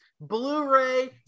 blu-ray